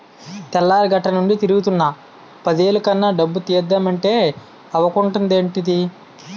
తెల్లారగట్టనుండి తిరుగుతున్నా పదేలు కన్నా డబ్బు తీద్దమంటే అవకుంటదేంటిదీ?